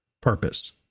purpose